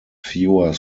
fewer